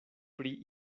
pri